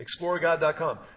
ExploreGod.com